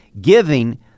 giving